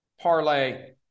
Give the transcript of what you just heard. parlay